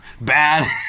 bad